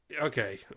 okay